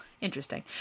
interesting